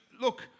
Look